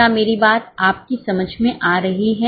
क्या मेरी बात आपकी समझ में आ रही है